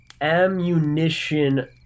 Ammunition